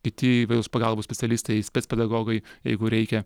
kiti pagalbos specialistai spec pedagogai jeigu reikia